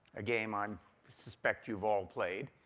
a game i um suspect you've all played.